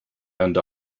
and